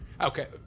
Okay